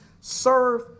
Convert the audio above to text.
serve